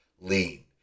lean